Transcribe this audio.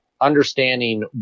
understanding